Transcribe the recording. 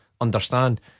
understand